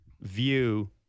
view